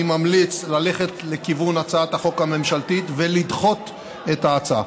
אני ממליץ ללכת לכיוון הצעת החוק הממשלתית ולדחות את ההצעה.